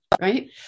right